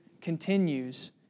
continues